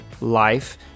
life